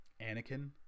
Anakin